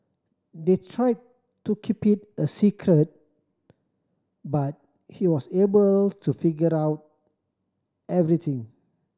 they tried to keep it a secret but he was able to figure out everything